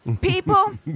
people